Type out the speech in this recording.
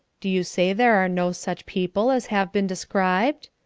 do you say there are no such people as have been described?